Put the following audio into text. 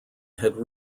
had